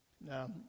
Now